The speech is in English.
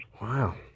Wow